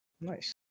Nice